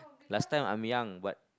last time I'm young but